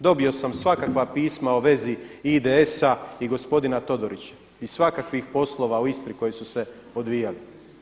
Dobio sam svakakva pisma o vezi IDS-a i gospodina Todorića i svakakvih poslova u Istri koji su se odvijali.